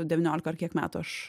devyniolika ar kiek metų aš